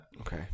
Okay